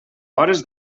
hores